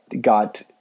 got